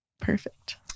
Perfect